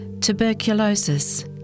Tuberculosis